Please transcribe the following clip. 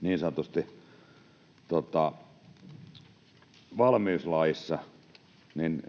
niin sanotusti tässä valmiuslaissa,